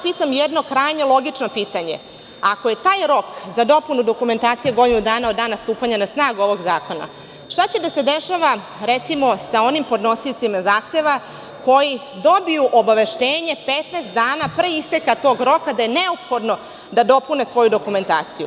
Pitam vas jedno krajnje logično pitanje, ako je taj rok za dopunu dokumentacije godinu dana od dana stupanja na snagu ovog zakona, šta će da se dešava sa onim podnosiocima zahteva koji dobiju obaveštenje 15. dana pre isteka tog roka da je neophodno da dopune svoju dokumentaciju?